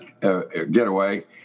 getaway